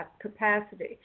capacity